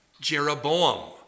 Jeroboam